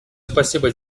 спасибо